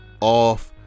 off